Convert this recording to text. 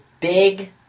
big